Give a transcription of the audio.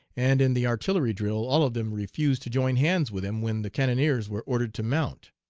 and in the artillery drill all of them refused to join hands with him when the cannoneers were ordered to mount.